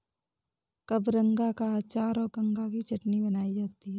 कबरंगा का अचार और गंगा की चटनी बनाई जाती है